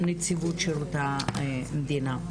לנציבות שירות המדינה.